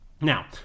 Now